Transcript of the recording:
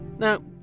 Now